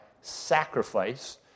sacrifice